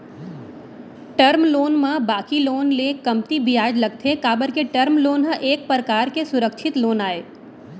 term loan म बाकी loan ले कमती बियाज लगथे काबर के टर्म लोन ह एक परकार के सुरक्छित लोन आय